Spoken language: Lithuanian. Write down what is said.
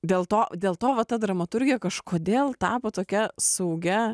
dėl to dėl to va ta dramaturgija kažkodėl tapo tokia saugia